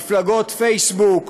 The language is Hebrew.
מפלגות פייסבוק,